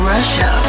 Russia